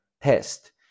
test